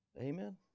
Amen